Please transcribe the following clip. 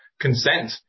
consent